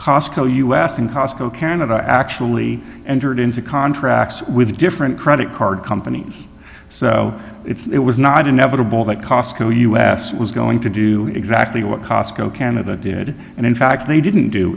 cosco us in costco canada actually entered into contracts with different credit card companies so it's it was not inevitable that costco us was going to do exactly what costco canada did and in fact they didn't do